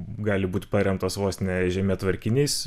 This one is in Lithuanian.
gali būt paremtas vos ne žemėtvarkiniais